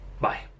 Bye